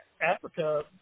Africa